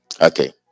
okay